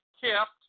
kept